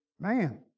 Man